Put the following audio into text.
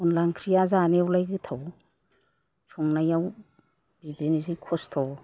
अनद्ला ओंख्रिया जानायावलाय गोथाव संनायाव बिदिनो जि खस्थ'